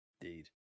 Indeed